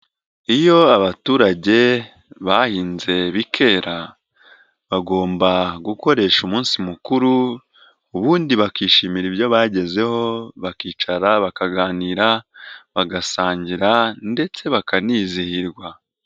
Iyo abaturage bahinze bikera bagomba gukoresha umunsi mukuru ubundi bakishimira ibyo bagezeho bakicara bakaganira bagasangira ndetse bakanizihirwa.